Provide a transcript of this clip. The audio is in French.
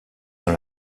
dans